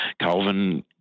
Calvin